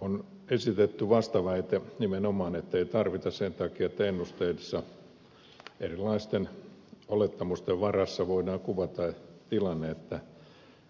on esitetty vastaväite nimenomaan ettei tarvita sen takia että ennusteissa erilaisten olettamusten varassa voidaan kuvata tilanne että